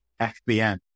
fbn